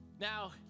Now